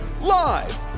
live